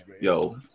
Yo